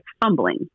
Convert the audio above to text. fumbling